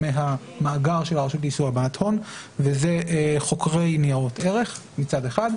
מהמאגר שלה שבאיסור הלבנת הון וזה חוקרי ניירות ערך מצד אחד,